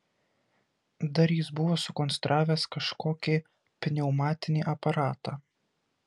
dar jis buvo sukonstravęs kažkokį pneumatinį aparatą